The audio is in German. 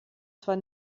zwar